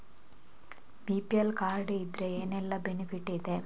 BPL card ಇದ್ರೆ ಏನೆಲ್ಲ benefit ಇದೆ?